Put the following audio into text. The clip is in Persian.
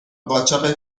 قاچاق